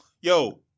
yo